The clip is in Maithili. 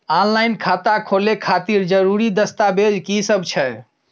ऑनलाइन खाता खोले खातिर जरुरी दस्तावेज की सब छै?